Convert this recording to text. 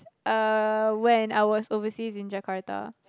when I was overseas at Jakarta